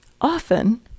often